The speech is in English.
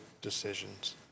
decisions